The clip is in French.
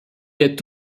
est